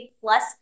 plus